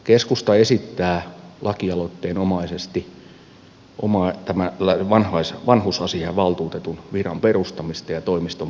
keskusta esittää lakialoitteenomaisesti tämän vanhusasiavaltuutetun viran perustamista ja toimiston perustamista